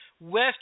West